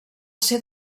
ser